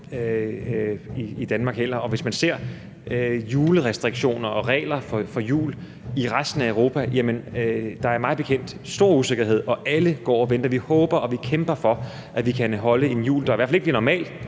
i Danmark. Og i forhold til julerestriktioner og regler for jul i resten af Europa er der mig bekendt stor usikkerhed, og alle går og venter. Vi håber, og vi kæmper for, at vi kan holde en jul, der bliver så god som